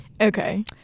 okay